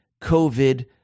COVID